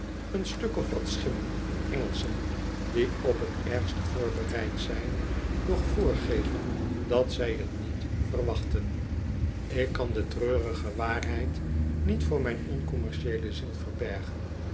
een stuk of wat schimmen van engelschen die op t ergste voorbereid zijn doch voorgeven dat zij t niet verwachten ik kan de treurige waarheid niet voor mijn oncommercieele ziel verbergen